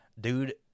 Dude